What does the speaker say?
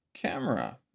camera